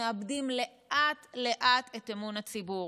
ומאבדים לאט-לאט את אמון הציבור.